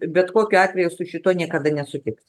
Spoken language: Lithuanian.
bet kokiu atveju su šituo niekada nesutiks